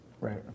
Right